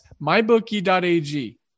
MyBookie.ag